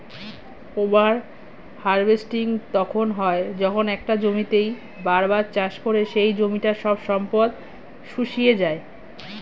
over harvesting তখন হয় যখন একটা জমিতেই বার বার চাষ করে সেই জমিটার সব সম্পদ শুষিয়ে যায়